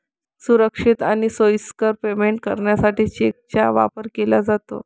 सुरक्षित आणि सोयीस्कर पेमेंट करण्यासाठी चेकचा वापर केला जातो